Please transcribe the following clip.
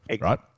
Right